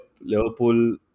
Liverpool